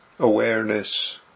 Awareness